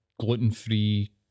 gluten-free